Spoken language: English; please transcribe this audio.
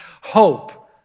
Hope